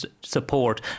support